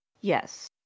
Yes